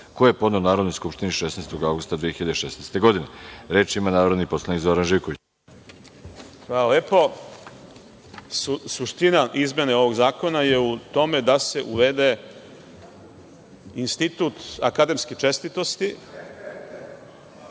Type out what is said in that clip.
koji je podneo Narodnoj skupštini 16. avgusta 2016. godine. Reč ima narodni poslanik Zoran Živković. **Zoran Živković** Hvala lepo. Suština izmene ovog Zakona je u tome da se uvede institut akademske čestitosti,